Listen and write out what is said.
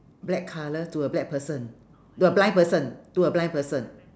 black colour to a black person to a blind person to a blind person